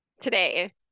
today